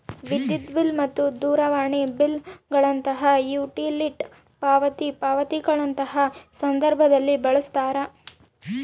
ವಿದ್ಯುತ್ ಬಿಲ್ ಮತ್ತು ದೂರವಾಣಿ ಬಿಲ್ ಗಳಂತಹ ಯುಟಿಲಿಟಿ ಪಾವತಿ ಪಾವತಿಗಳಂತಹ ಸಂದರ್ಭದಲ್ಲಿ ಬಳಸ್ತಾರ